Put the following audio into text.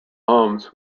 homes